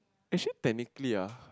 actually technically ah